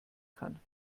kann